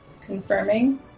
Confirming